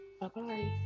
Bye-bye